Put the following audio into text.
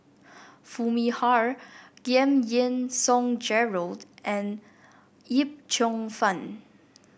Foo Mee Har Giam Yean Song Gerald and Yip Cheong Fun